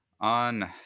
on